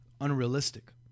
unrealistic